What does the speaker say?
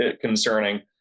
concerning